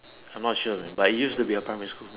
I'm not sure but it used to be a primary school